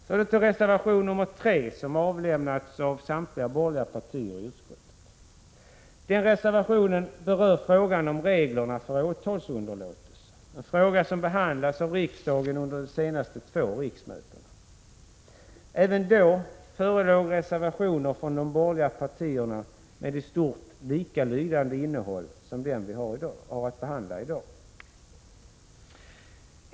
Så till reservation nr 3, som avlämnats av samtliga borgerliga partier i utskottet. Den reservationen berör frågan om reglerna för åtalsunderlåtelse, en fråga som behandlades av riksdagen under de senaste två riksmötena. Även då förelåg reservationer från de borgerliga partierna med i stort sett likalydande innehåll som i den reservation vi har att behandla i dag.